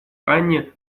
анне